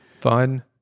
fun